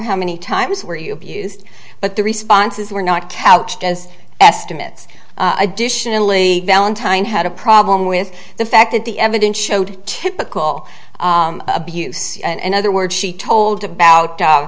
how many times where you've used but the responses were not couched as estimates additionally valentine had a problem with the fact that the evidence showed typical abuse and other words she told about